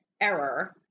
error